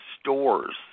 stores